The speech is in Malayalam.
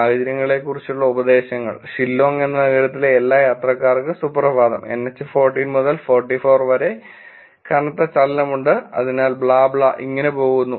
സാഹചര്യങ്ങളെക്കുറിച്ചുള്ള ഉപദേശങ്ങൾ ഷില്ലോംഗ് നഗരത്തിലെ എല്ലാ യാത്രക്കാർക്കും സുപ്രഭാതം NH 40 മുതൽ 44 വരെ കനത്ത ചലനമുണ്ട് തുടങ്ങി ബ്ലാ ബ്ലാ ഇങ്ങനെ പോകുന്നു